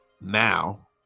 now